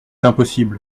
impossible